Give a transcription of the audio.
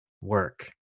work